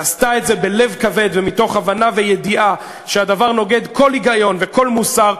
ועשתה את זה בלב כבד ומתוך הבנה וידיעה שהדבר נוגד כל היגיון וכל מוסר,